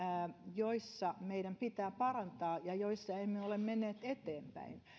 joissa meidän pitää parantaa ja joissa emme ole menneet eteenpäin